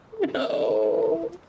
No